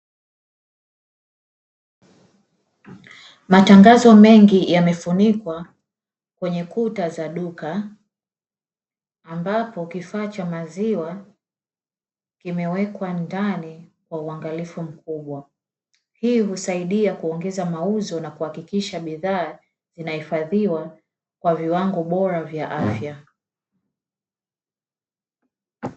Matangazo mengi yamefunikwa kwenye kuta za duka, ambapo kifaa cha maziwa kimewekwa ndani kwa uangalifu mkubwa. Hii husaidia kuongeza mauzo na kuhakikisha bidhaa zinahifadhiwa kwa viwango bora vya afya.